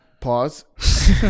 Pause